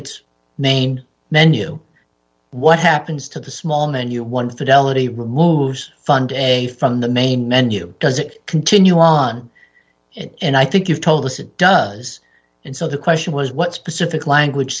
its name menu what happens to the small menu one fidelity removes funday from the main menu does it continue on and i think you've told us it does and so the question was what specific language